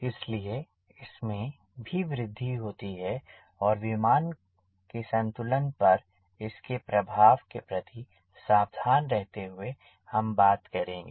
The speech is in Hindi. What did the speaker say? इसलिए इसमें भी वृद्धि होती है और विमान के संतुलन पर इसके प्रभाव के प्रति सावधान रहते हुए हम बात करेंगे